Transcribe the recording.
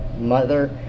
mother